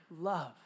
love